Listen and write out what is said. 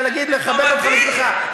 כדי להגיד ולכבד אותך,